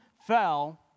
fell